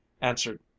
answered